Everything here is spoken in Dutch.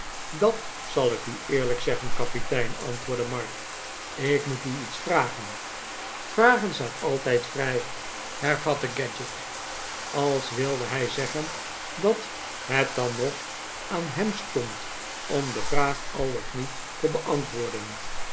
dat zal ik u eerlijk zeggen kapitein antwoordde mark ik moet u iets vragen r vragen staat altijd vrij hervatte kedgick als wilde hij zeggen dat het dan nog aan hem stond om de vraag al of niet te beantwoorden